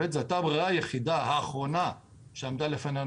זו הייתה הברירה האחרונה שעמדה לפנינו,